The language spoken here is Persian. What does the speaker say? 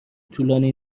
طولانی